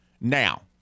Now